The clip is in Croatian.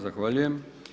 Zahvaljujem.